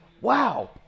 Wow